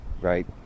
right